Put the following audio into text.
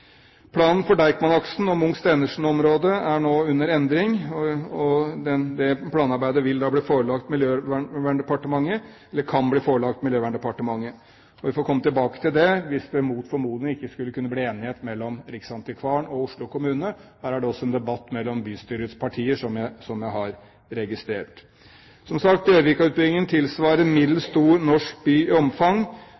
Planen for Deichman-aksen og Munch/Stenersen-området er nå under endring. Det planarbeidet kan bli forelagt Miljøverndepartementet. Vi får komme tilbake til det, hvis det mot formodning ikke skulle kunne bli enighet mellom Riksantikvaren og Oslo kommune. Her er det også en debatt mellom bystyrets partier, som jeg har registrert. Som sagt: Bjørvika-utbyggingen tilsvarer